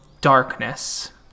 darkness